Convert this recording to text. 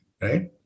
right